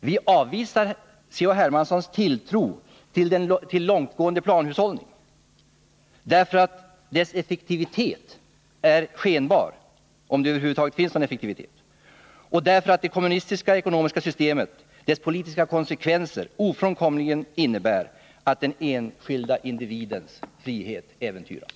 Vi avvisar: C.-H. Hermanssons tilltro till långtgående planhushållning därför att dess effektivitet är skenbar — om den över huvud taget har någon effektivitet — och därför att det kommunistiska ekonomiska systemets politiska konsekvenser ofrånkomligen innebär att den enskilda individens frihet äventyras.